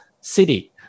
city